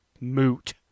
moot